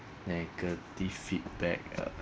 negative feedback uh